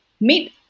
meet